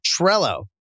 Trello